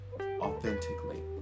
authentically